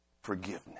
forgiveness